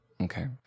Okay